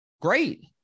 great